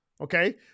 Okay